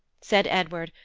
said edward,